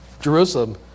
Jerusalem